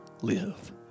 live